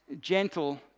gentle